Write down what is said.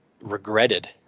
regretted